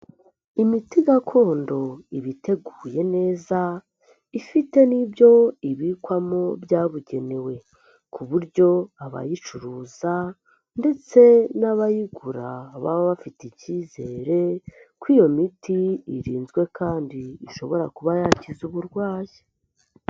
Imiti gakondo iba iteguye neza ifite n'ibyo ibikwamo byabugenewe. Ku buryo abayicuruza ndetse n'abayigura baba bafite ikizere ko iyo miti irinzwe kandi ishobora kuba yakiza uburwayi.